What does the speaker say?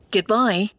Goodbye